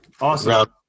Awesome